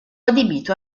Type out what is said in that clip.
adibito